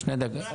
תודה רבה.